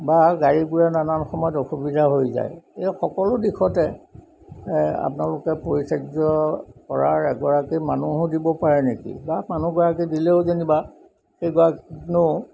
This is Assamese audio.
বা গাড়ী গুড়ে নানান সময়ত অসুবিধা হৈ যায় এই সকলো দিশতে আপোনালোকে পৰিচাৰ্য কৰাৰ এগৰাকী মানুহো দিব পাৰে নেকি বা মানুহগৰাকী দিলেও যেনিবা সেইগৰাকীনো